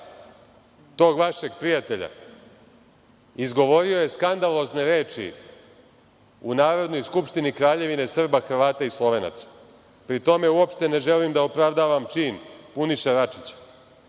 tog vašeg prijatelja izgovorio je skandalozne reči u Narodnoj skupštini Kraljevine SHS, pri tome uopšte ne želim da opravdavam čin Puniše Račića.